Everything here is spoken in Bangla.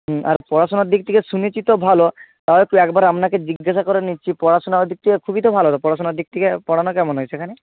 হুম আর পড়াশুনার দিক থেকে শুনেছি তো ভালো তাও একটু একবার আপনাকে জিজ্ঞাসা করে নিচ্ছি পড়াশুনার দিক থেকে খুবই তো ভালো পড়াশুনার দিক থেকে পড়ানো কেমন হয় সেখানে